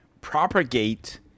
propagate